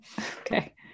Okay